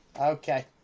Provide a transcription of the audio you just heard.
Okay